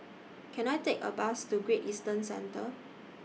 Can I Take A Bus to Great Eastern Centre